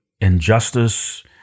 injustice